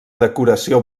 decoració